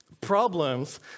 problems